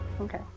Okay